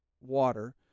water